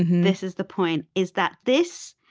and and this is the point, is that this,